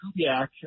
Kubiak